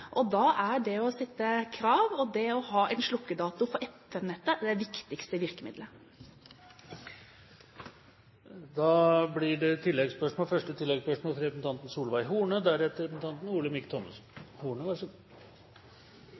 og da er det å sette krav og å ha en slukkedato for FM-nettet det viktigste virkemidlet. Det blir oppfølgingsspørsmål – først Solveig Horne.